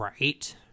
Right